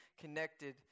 connected